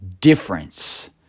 difference